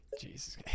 Jesus